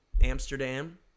Amsterdam